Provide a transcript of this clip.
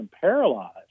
paralyzed